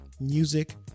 music